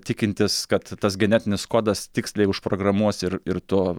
tikintis kad tas genetinis kodas tiksliai užprogramuos ir ir to